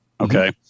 Okay